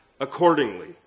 accordingly